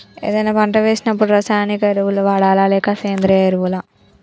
ఏదైనా పంట వేసినప్పుడు రసాయనిక ఎరువులు వాడాలా? లేక సేంద్రీయ ఎరవులా?